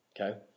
okay